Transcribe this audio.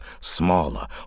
smaller